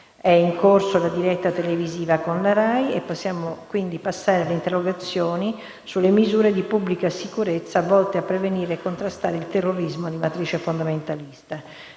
è in corso la diretta televisiva della RAI. Passiamo alle interrogazioni sulle misure di pubblica sicurezza volte a prevenire e contrastare il terrorismo di matrice fondamentalista.